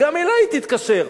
גם אלי היא תתקשר.